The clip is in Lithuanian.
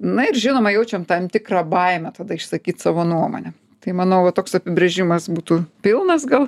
na ir žinoma jaučiam tam tikrą baimę tada išsakyt savo nuomonę tai manau va toks apibrėžimas būtų pilnas gal